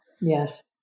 Yes